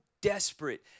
desperate